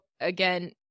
Again